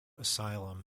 asylum